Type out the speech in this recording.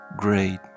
Great